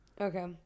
okay